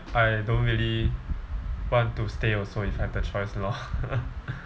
I don't really want to stay also if I have the choice lor